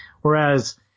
Whereas